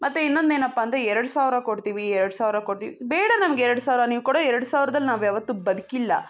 ಮತ್ತೆ ಇನ್ನೊಂದು ಏನಪ್ಪಾ ಅಂದರೆ ಎರಡು ಸಾವಿರ ಕೊಡ್ತೀವಿ ಎರಡು ಸಾವಿರ ಕೊಡ್ತೀವಿ ಬೇಡ ನಮ್ಗೆ ಎರಡು ಸಾವಿರ ನೀವು ಕೊಡೋ ಎರಡು ಸಾವಿರದಲ್ಲಿ ನಾವು ಯಾವತ್ತೂ ಬದುಕಿಲ್ಲ